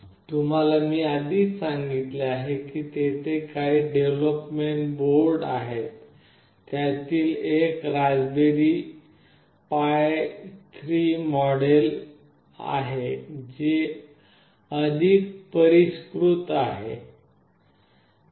मी तुम्हाला आधीच सांगितले आहे की तेथे आणखी काही डेव्हलोपमेंट बोर्ड आहेत त्यातील एक Raspberry Pi 3 मॉडेल आहे जे अधिक परिष्कृत आहे